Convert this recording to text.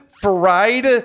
fried